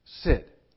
sit